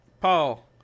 Paul